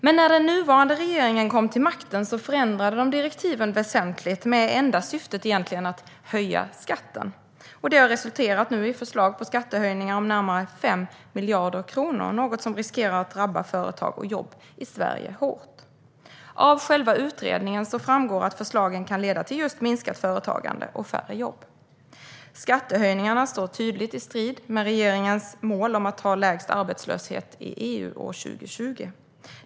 Men när den nuvarande regeringen kom till makten förändrade den direktiven väsentligt, med det enda syftet att höja skatten. Det har nu resulterat i förslag på skattehöjningar om närmare 5 miljarder kronor, något som riskerar att drabba företag och jobb i Sverige hårt. Av själva utredningen framgår att förslagen kan leda till just minskat företagande och färre jobb. Skattehöjningarna står tydligt i strid med regeringens mål om att ha lägst arbetslöshet i EU år 2020.